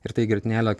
ir tai grietinėlę